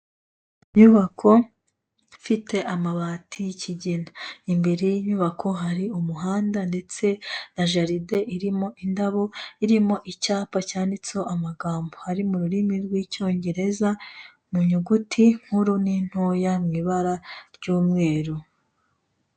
Inyubako ifite amabati y'ikigina. Imbere y'inyubako hari umuhanda ndetse na jaride irimo indabo irimo icyapa cyanditseho amagambo ari mu rurimi rw'icyongereza, mu nyuguti nkuru n'intoya mu ibara ry'umweru.